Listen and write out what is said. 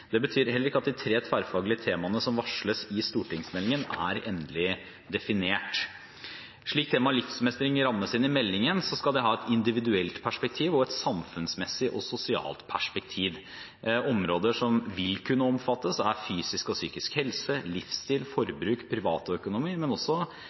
Det betyr at heller ikke de tre tverrfaglige temaene som varsles i stortingsmeldingen, er endelig definert. Slik temaet livsmestring rammes inn i meldingen, skal det ha et individuelt perspektiv og et samfunnsmessig og sosialt perspektiv. Områder som vil kunne omfattes, er fysisk og psykisk helse, livsstil,